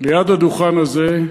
ליד הדוכן הזה,